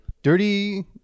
Dirty